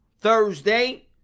Thursday